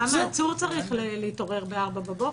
גם העצור צריך להתעורר ב-04:00 בבוקר.